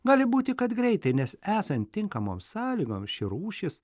gali būti kad greitai nes esant tinkamoms sąlygoms ši rūšis